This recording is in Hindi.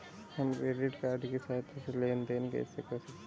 हम क्रेडिट कार्ड की सहायता से लेन देन कैसे कर सकते हैं?